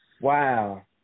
Wow